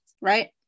Right